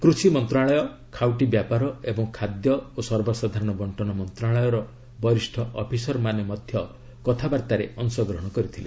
କୃଷି ମନ୍ତ୍ରଣାଳୟ ଖାଉଟୀ ବ୍ୟାପାର ଏବଂ ଖାଦ୍ୟ ଓ ସର୍ବସାଧାରଣ ବଣ୍ଜନ ମନ୍ତ୍ରଣାଳୟର ବରିଷ୍ଣ ଅଫିସରମାନେ ମଧ୍ୟ କଥାବାର୍ତ୍ତାରେ ଅଂଶଗ୍ରହଣ କରିଥିଲେ